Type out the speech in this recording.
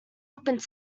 happened